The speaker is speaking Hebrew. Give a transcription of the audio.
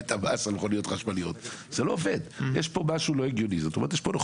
איך הכסף הזה חוזר לאזרחים אם באמצעות סבסוד צולב לפתרונות אחרים,